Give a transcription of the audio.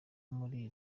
muri